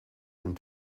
and